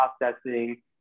processing